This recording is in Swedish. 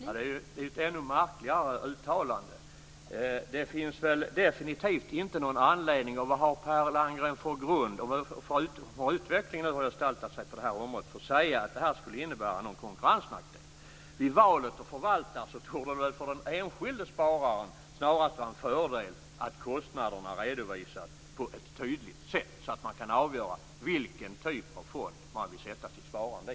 Fru talman! Det är ett ännu märkligare uttalande. Det finns det definitivt inte någon anledning till. Vad har Per Landgren för grund? Har utvecklingen på det här området gestaltat sig så att man kan säga att det här skulle innebära någon konkurrensnackdel? Vid valet av förvaltare tror jag att det för den enskilde spararen snarast är en fördel att kostnaderna redovisas på ett tydligt sätt så att man kan avgöra vilken typ av fond man vill sätta sitt sparande i.